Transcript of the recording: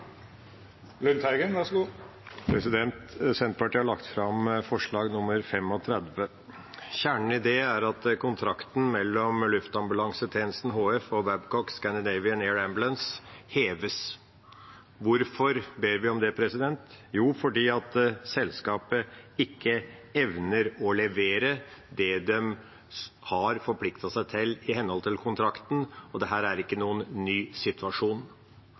er at kontrakten mellom Luftambulansetjenesten HF og Babcock Scandinavian AirAmbulance heves. Hvorfor ber vi om det? Jo, fordi selskapet ikke evner å levere det de har forpliktet seg til i henhold til kontrakten, og dette er ikke noen ny situasjon.